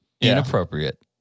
inappropriate